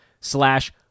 slash